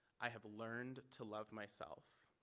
i have learned to love myself.